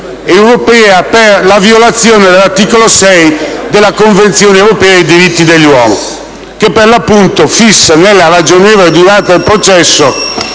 Grazie,